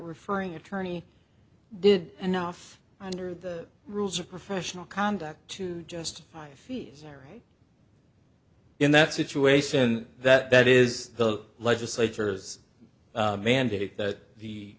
referring attorney did enough under the rules of professional conduct to justify fees are right in that situation that is the legislature's mandated that the